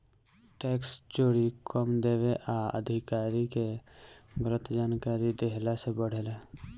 tax चोरी कम देवे आ अधिकारी के गलत जानकारी देहला से बढ़ेला